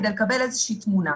כדי לקבל איזושהי תמונה.